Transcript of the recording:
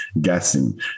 guessing